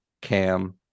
Cam